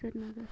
Srinagar